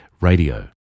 radio